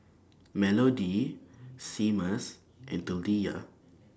Melodie Seamus and Taliyah